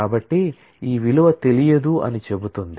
కాబట్టి ఈ విలువ తెలియదు అని చెప్తుంది